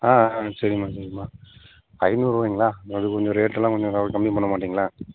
ஆ சரிம்மா சரிம்மா ஐநூறுரூவங்களா அது கொஞ்சம் ரேட்டெல்லாம் கொஞ்சம் கம்மி பண்ண மாட்டீங்களா